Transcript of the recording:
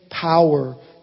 power